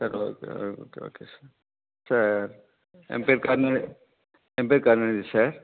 sir okay okay okay sir sir என் பேர் கர்ணா என் பேர் கருணாநிதி சார்